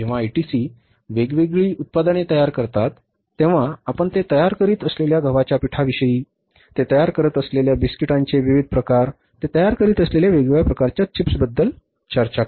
जेव्हा आयटीसी वेगवेगळी उत्पादने तयार करतात तेव्हा आपण ते तयार करीत असलेल्या गव्हाच्या पिठाविषयी ते तयार करत असलेल्या बिस्किटांचे विविध प्रकार ते तयार करीत असलेल्या वेगवेगळ्या प्रकारच्या चिप्सबद्दल चर्चा करता